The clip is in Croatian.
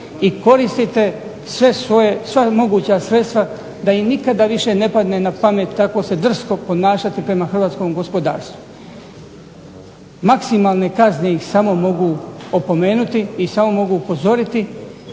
i koristite sve svoje, sva moguća sredstva da im nikada više ne padne na pamet kako se drsko ponašati prema hrvatskom gospodarstvu. Maksimalne kazne ih samo mogu opomenuti i samo mogu upozoriti